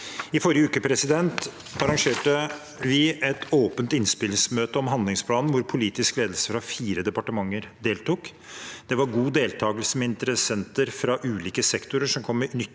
I forrige uke arrangerte vi et åpent innspillsmøte om handlingsplanen, hvor politisk ledelse fra fire departementer deltok. Det var god deltakelse med interessenter fra ulike sektorer som kom med nyttige